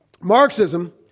Marxism